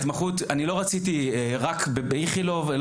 לא רציתי רק באיכילוב.